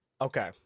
Okay